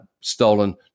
stolen